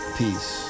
peace